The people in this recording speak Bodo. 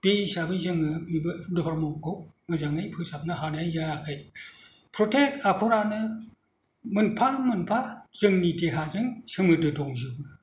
बे हिसाबै जोङो बे धरम'खौ मोजाङै फोसाबनो हानाय जायाखै प्रय्तेक आख'रानो मोनफा मोनफा जोंनि देहाजों सोमोनदो दंजोबो